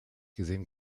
gesehen